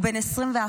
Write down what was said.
הוא בן 21,